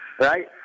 Right